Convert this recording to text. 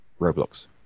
Roblox